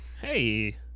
Hey